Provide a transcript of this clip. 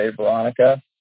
Veronica